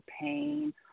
pain